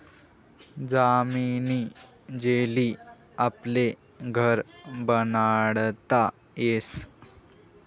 जामनी जेली आपले घर बनाडता यस